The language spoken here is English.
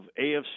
AFC